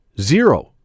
Zero